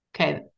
Okay